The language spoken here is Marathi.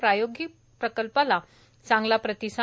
प्रायोगिक प्रकल्पाला चांगला प्रतिसाद